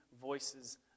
voices